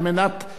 אם אפשר,